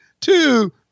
two